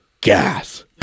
gas